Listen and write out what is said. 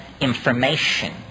information